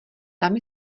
tam